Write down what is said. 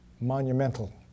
monumental